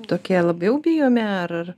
tokie labai jau bijome ar